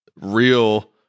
real